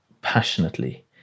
passionately